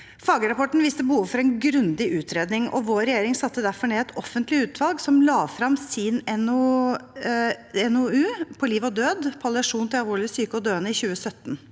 Fagrapporten viste behov for en grundig utredning, og vår regjering satte derfor ned et offentlig utvalg som la frem sin NOU, På liv og død – Palliasjon til alvorlig syke og døende, i 2017.